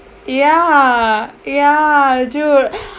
ya ya dude